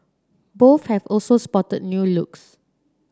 both have also spotted new looks